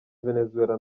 venezuela